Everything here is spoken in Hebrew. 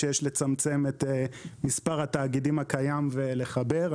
שיש לצמצם את מספר התאגידים הקיים ולחבר.